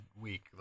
week